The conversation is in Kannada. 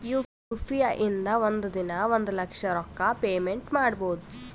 ಯು ಪಿ ಐ ಇಂದ ಒಂದ್ ದಿನಾ ಒಂದ ಲಕ್ಷ ರೊಕ್ಕಾ ಪೇಮೆಂಟ್ ಮಾಡ್ಬೋದ್